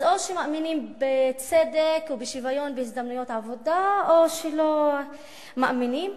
אז או שמאמינים בצדק ובשוויון בהזדמנויות עבודה או שלא מאמינים,